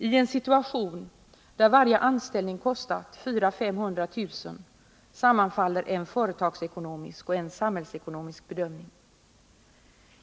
I en situation där varje anställning kostat 400 000 å 500 000 kr. sammanfaller en företagsekonomisk och en samhällsekonomisk bedömning.